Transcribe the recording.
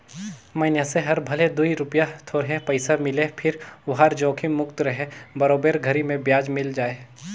मइनसे हर भले दूई रूपिया थोरहे पइसा मिले फिर ओहर जोखिम मुक्त रहें बरोबर घरी मे बियाज मिल जाय